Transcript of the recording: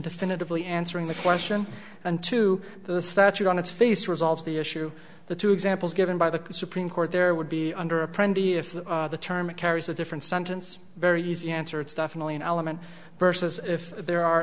fully answering the question and two the statute on its face resolves the issue the two examples given by the supreme court there would be under a pretty iffy the term it carries a different sentence very easy answer it's definitely an element versus if there are